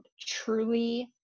truly